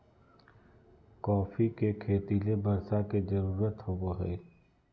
coffee के खेती ले बर्षा के जरुरत होबो हइ